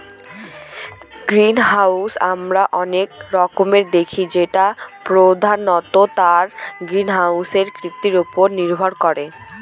greenhouse আমরা অনেক রকমের দেখি যেটা প্রধানত তার গ্রিনহাউস কৃতির উপরে নির্ভর করে